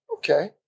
Okay